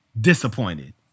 Disappointed